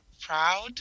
proud